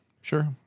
Sure